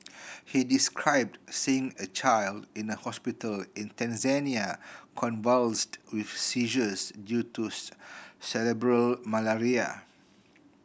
he described seeing a child in a hospital in Tanzania convulsed with seizures due to cerebral malaria